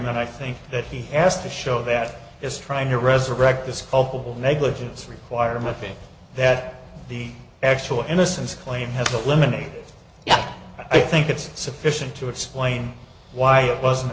argument i think that he has to show that it's trying to resurrect this culpable negligence requirement that the actual innocence claim has eliminated i think it's sufficient to explain why it wasn't